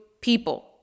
people